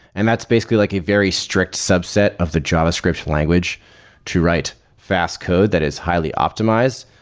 and that's basically like a very strict subset of the javascript language to write fast code that is highly optimized,